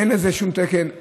אין לזה שום תקן,